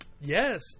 Yes